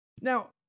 Now